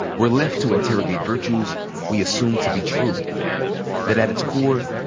we're left to interrogate virtues we assumed to be true that at its core,